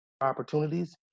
opportunities